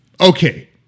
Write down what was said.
Okay